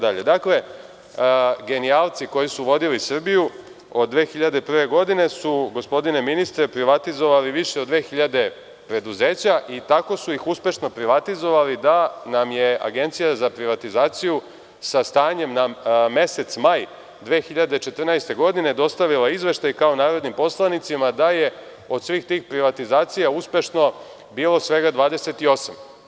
Dakle, genijalci koji su vodili Srbiju od 2001. godine su, gospodine ministre, privatizovali više od 2000 preduzeća i tako su ih uspešno privatizovali da nam je Agencija za privatizaciju sa stanjem na mesec maj 2014. godine dostavila izveštaj, kao narodnim poslanicima, da je od svih tih privatizacija uspešno bilo svega 28.